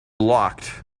locked